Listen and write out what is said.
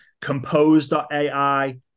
compose.ai